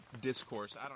Discourse